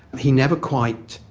he never quite,